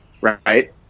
right